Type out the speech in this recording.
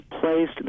placed